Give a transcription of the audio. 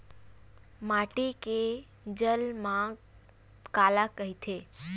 माटी के जलमांग काला कइथे?